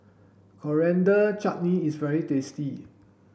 Coriander Chutney is very tasty